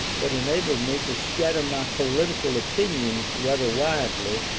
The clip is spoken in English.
but enabled me to scatter my political opinions rather widely,